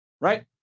right